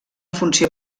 funció